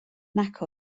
nac